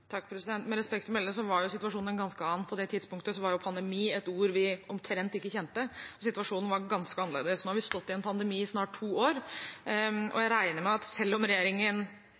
Med respekt å melde var situasjonen en ganske annen. På det tidspunktet var «pandemi» et ord vi omtrent ikke kjente. Situasjonen var ganske annerledes. Nå har vi stått i en pandemi i snart to år, og selv om regjeringen hele tiden liker å understreke at